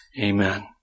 amen